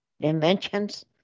dimensions